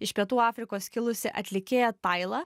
iš pietų afrikos kilusi atlikėja taila